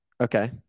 Okay